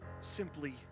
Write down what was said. simply